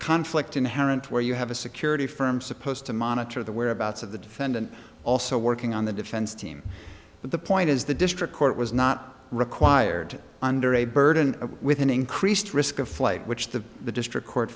conflict inherent where you have a security firm supposed to monitor the whereabouts of the defendant also working on the defense team but the point is the district court was not required under a burden with an increased risk of flight which the the district court